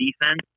defense